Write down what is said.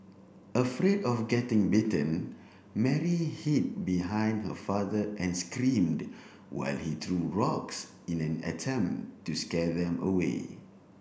afraid of getting bitten Mary hid behind her father and screamed while he threw rocks in an attempt to scare them away